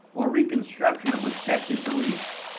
or reconstruction of accepted beliefs.